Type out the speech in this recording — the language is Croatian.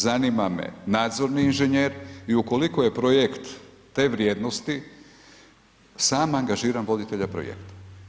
Zanima me nadzorni inženjer i ukoliko je projekt te vrijednosti, sam angažiram voditelja projekta.